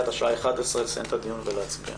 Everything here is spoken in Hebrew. עד שעה 11 לסיים את הדיון ולהצביע.